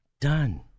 done